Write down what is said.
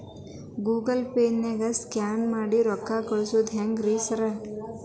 Google ಪೇನಾಗ scan ಮಾಡಿ ರೊಕ್ಕಾ ಕಳ್ಸೊದು ಹೆಂಗ್ರಿ ಸಾರ್?